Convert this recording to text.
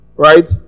right